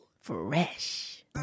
fresh